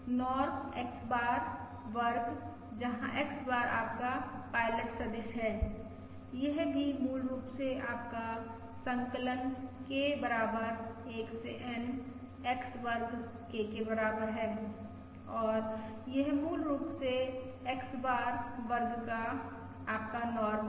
norm X बार वर्ग जहां X बार आपका पायलट सदिश है यह भी मूल रूप से आपका संकलन K बराबर 1 से N X वर्ग K के बराबर है और यह मूल रूप से X बार वर्ग का आपका नॉर्म है